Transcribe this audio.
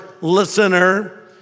listener